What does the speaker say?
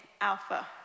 Alpha